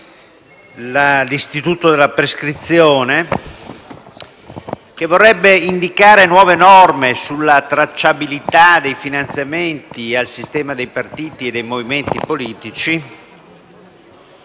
l'istituto della prescrizione e indicare nuove norme sulla tracciabilità dei finanziamenti al sistema dei partiti e dei movimenti politici.